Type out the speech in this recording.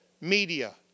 media